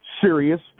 Serious